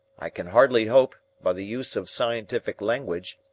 i can hardly hope, by the use of scientific language,